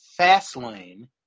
Fastlane